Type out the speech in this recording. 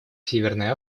северной